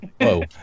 whoa